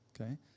okay